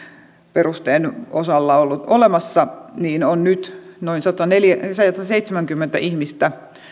perusteen osalta ollut olemassa on nyt noin sataseitsemänkymmentä ihmistä